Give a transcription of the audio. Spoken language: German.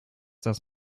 das